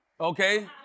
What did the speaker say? okay